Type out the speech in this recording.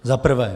Za prvé.